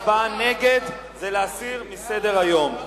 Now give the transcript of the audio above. הצבעה נגד, זה להסיר מסדר-היום.